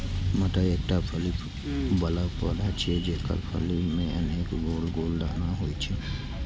मटर एकटा फली बला पौधा छियै, जेकर फली मे अनेक गोल गोल दाना होइ छै